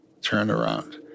turnaround